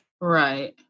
Right